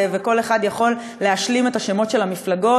וכל אחד יכול להשלים את השמות של המפלגות,